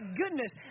goodness